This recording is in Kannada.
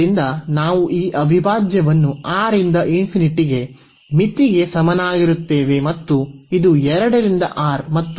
ಆದ್ದರಿಂದ ನಾವು ಈ ಅವಿಭಾಜ್ಯವನ್ನು R ಇಂದ ∞ ಗೆ ಮಿತಿಗೆ ಸಮನಾಗಿರುತ್ತೇವೆ ಮತ್ತು ಇದು 2 ರಿಂದ R ಮತ್ತು